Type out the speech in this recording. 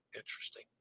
interesting